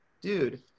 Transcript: dude